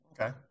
Okay